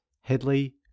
Headley